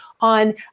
on